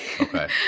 Okay